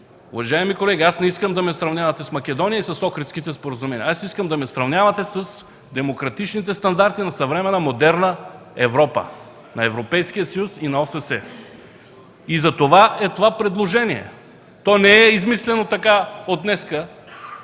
Уважаеми колеги, не искам да ме сравнявате с Македония и с Охридските споразумения. Искам да ме сравнявате с демократичните стандарти на съвременна модерна Европа, на Европейския съюз и на ОССЕ. Затова е предложението. То не е измислено от днес